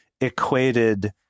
equated